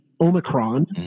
omicron